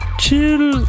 Chill